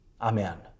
Amen